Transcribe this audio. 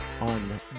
on